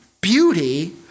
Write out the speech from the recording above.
beauty